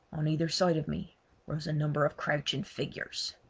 on either side of me rose a number of crouching figures.